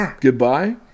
goodbye